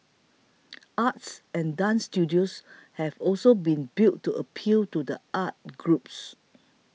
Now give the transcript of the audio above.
arts and dance studios have also been built to appeal to the arts groups